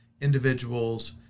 individuals